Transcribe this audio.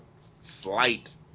slight